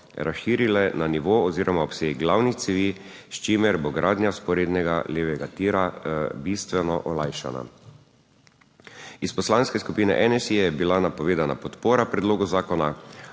razširile na nivo oziroma obseg glavnih cevi, s čimer bo gradnja vzporednega levega tira bistveno olajšana. V Poslanski skupini NSi je bila napovedana podpora predlogu zakona,